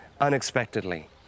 unexpectedly